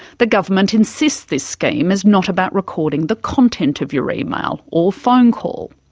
the government insists this scheme is not about recording the content of your email or phone call,